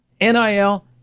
NIL